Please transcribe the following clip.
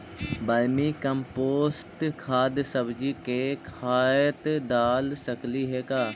Vermi compost खाद सब्जी के खेत दाल सकली हे का?